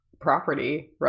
property